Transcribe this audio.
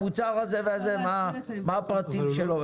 המוצר הזה והזה מה הפרטים שלו.